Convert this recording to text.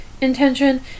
intention